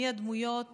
מי הדמויות